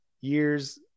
years